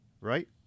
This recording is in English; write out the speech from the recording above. right